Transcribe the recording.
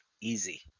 Easy